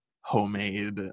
homemade